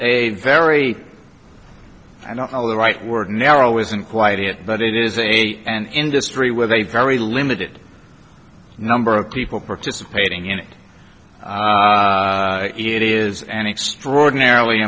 a very i don't know the right word narrow isn't quite it but it is a an industry with a very limited number of people participating in it it is an extraordinarily